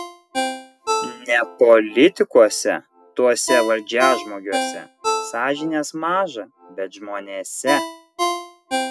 ne politikuose tuose valdžiažmogiuose sąžinės maža bet žmonėse